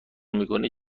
میکنه